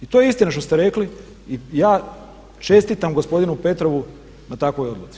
I to je istina što ste rekli i ja čestitam gospodinu Petrovu na takvoj odluci.